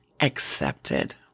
accepted